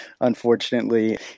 unfortunately